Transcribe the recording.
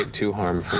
two harm.